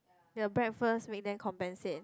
the breakfast make them compensate